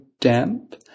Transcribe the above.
damp